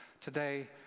today